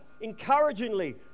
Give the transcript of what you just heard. encouragingly